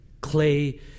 clay